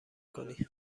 کنی